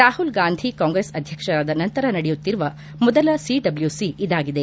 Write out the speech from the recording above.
Rahul Gandhi Congress ಅಧ್ಯಕ್ಷರಾದ ನಂತರ ನಡೆಯುತ್ತಿರುವ ಮೊದಲ ಸಿಡಬ್ಲೊಸಿ ಇದಾಗಿದೆ